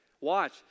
Watch